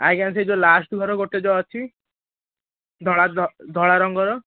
ଆଜ୍ଞା ସେ ଯେଉଁ ଲାଷ୍ଟ ଘର ଗୋଟେ ଯେଉଁ ଅଛି ଧଳା ଧଳା ରଙ୍ଗର